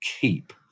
keep